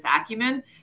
acumen